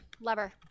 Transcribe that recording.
lover